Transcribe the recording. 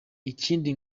ikindi